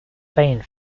famed